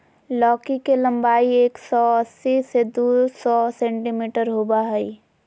लौकी के लम्बाई एक सो अस्सी से दू सो सेंटीमिटर होबा हइ